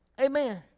Amen